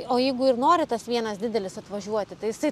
o jeigu ir nori tas vienas didelis atvažiuoti tai jisai